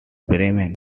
bremen